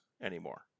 anymore